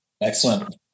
Excellent